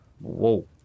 Whoa